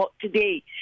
today